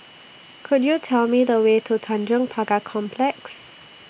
Could YOU Tell Me The Way to Tanjong Pagar Complex